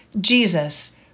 Jesus